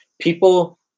People